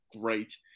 great